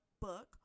book